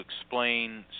explain